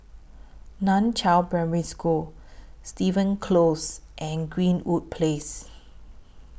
NAN Chiau Primary School Stevens Close and Greenwood Place